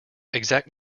exact